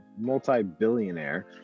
multi-billionaire